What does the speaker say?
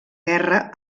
guerra